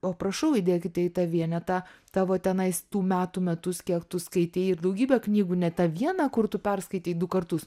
o prašau įdėkite į tą vienetą tavo tenais tų metų metus kiek tu skaitei daugybę knygų ne tą vieną kur tu perskaitei du kartus